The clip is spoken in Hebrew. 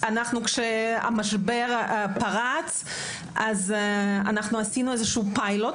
כשהמשבר פרץ עשינו פילוט,